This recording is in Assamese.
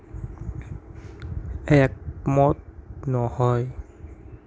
একমত নহয়